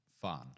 fun